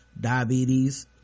diabetes